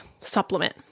supplement